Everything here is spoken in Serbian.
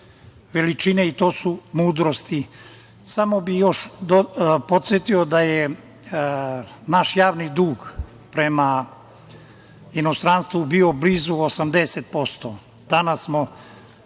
veličine i to su mudrosti. Samo bih još podsetio da je naš javni dug prema inostranstvu bio blizu 80%, danas smo